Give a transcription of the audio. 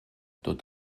tot